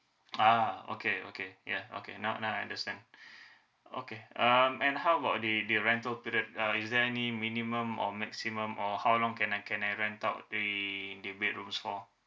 uh okay okay ya okay now now I understand okay um and how about the the rental period uh is there any minimum or maximum or how long can I can I rent out the the bedrooms for